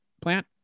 plant